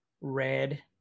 red